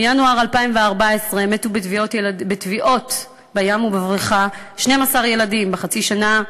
מינואר 2014 מתו בטביעות בים ובבריכה 12 ילדים בחצי שנה.